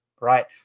right